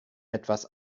etwas